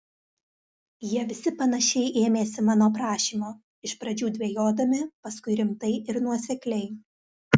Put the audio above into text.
jie visi panašiai ėmėsi mano prašymo iš pradžių dvejodami paskui rimtai ir nuosekliai